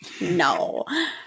No